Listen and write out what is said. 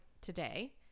today